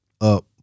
up